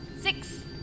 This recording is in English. Six